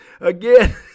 again